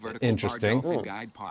interesting